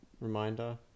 reminder